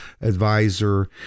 advisor